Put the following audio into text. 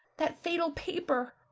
that fatal paper,